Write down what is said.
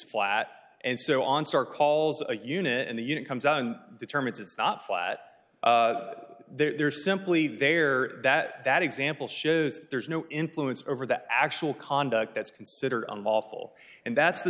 flat and so on star calls a unit and the unit comes on determines it's not flat there's simply there that that example shows there's no influence over the actual conduct that's considered unlawful and that's the